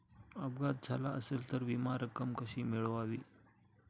अपघात झाला असेल तर विमा रक्कम कशी मिळवावी?